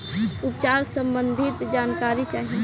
उपचार सबंधी जानकारी चाही?